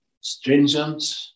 stringent